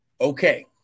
Okay